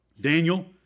Daniel